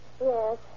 Yes